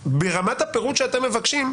ברמת הפירוט שאתם מבקשים,